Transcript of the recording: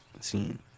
scene